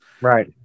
right